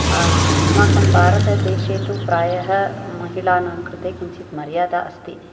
अस्माकं भारतदेशे तु प्रायः महिलानां कृते किञ्चित् मर्यादा अस्ति